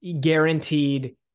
guaranteed